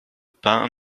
pain